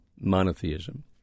monotheism